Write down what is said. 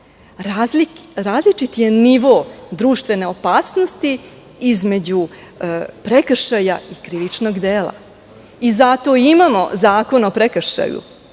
Različit je nivo društvene opasnosti između prekršaja i krivičnog dela. Zato i imamo Zakon o prekršaju.